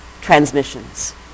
transmissions